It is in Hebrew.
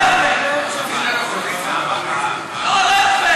שחיילים הולכים לצבא ויש פה אנשים, אתה שקרן.